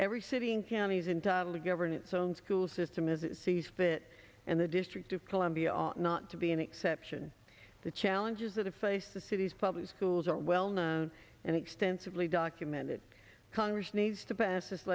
every city in counties and govern its own school system as it sees fit and the district of columbia ought not to be an exception the challenges that have faced the city's public schools are well known and extensively documented congress needs to pass this